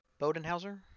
Bodenhauser